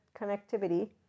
connectivity